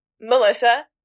Melissa